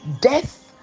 death